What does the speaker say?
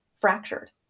fractured